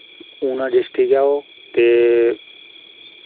Una district ऐ ओ ते